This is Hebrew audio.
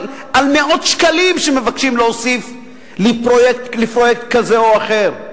על מאות שקלים שמבקשים להוסיף לפרויקט כזה או אחר,